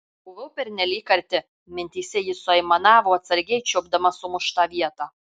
buvau pernelyg arti mintyse ji suaimanavo atsargiai čiuopdama sumuštą vietą